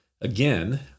again